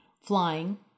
flying